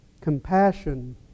Compassion